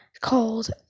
called